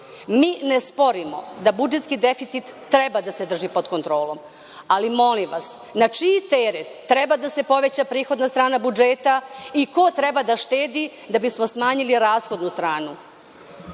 ne sporimo da budžetski deficit treba da se drži pod kontrolom, ali molim vas na čiji teret treba da se poveća prihodna strana budžeta i ko treba da štedi da bismo smanjili rashodnu stranu? Ako